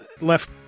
left